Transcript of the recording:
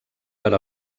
per